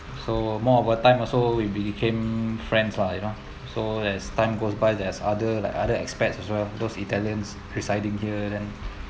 so more over time also we became friends lah you know so as time goes by there's other like other experts as well those italians residing here then